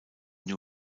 new